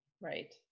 Right